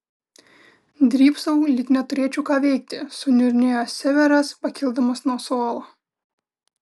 drybsau lyg neturėčiau ką veikti suniurnėjo severas pakildamas nuo suolo